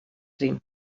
cream